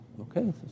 Okay